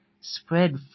spread